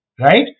right